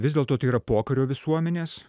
vis dėlto tai yra pokario visuomenės